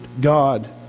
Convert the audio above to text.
God